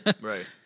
right